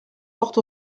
porte